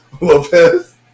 Lopez